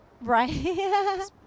Right